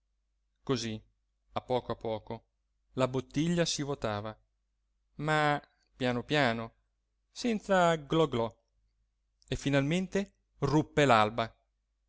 così a poco a poco la bottiglia si votava ma piano piano senza glo glo e finalmente ruppe